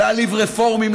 להעליב רפורמים,